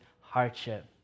hardship